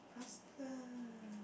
faster